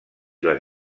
les